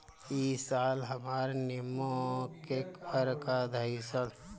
इ साल हमर निमो के फर ना धइलस